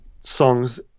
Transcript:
songs